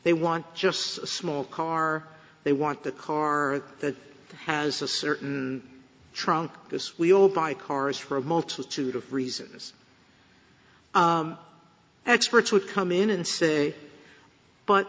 want just a small car they want the car that has a certain trunk because we all buy cars for a multitude of reasons experts would come in and say but